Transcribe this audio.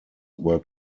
were